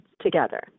together